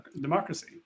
democracy